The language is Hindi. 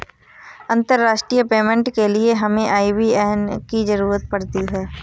अंतर्राष्ट्रीय पेमेंट के लिए हमें आई.बी.ए.एन की ज़रूरत पड़ती है